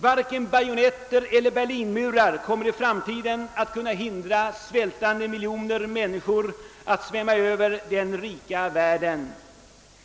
Varken bajonetter eller Berlin-murar kommer i framtiden att kunna hindra svältande miljoner människor att svämma över den rika världen.